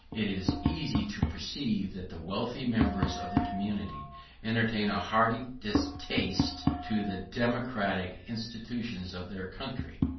it is easy to perceive that the wealthy members of the community entertain a hearty distaste to the democratic institutions of their country.